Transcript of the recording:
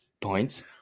points